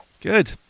good